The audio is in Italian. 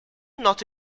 noto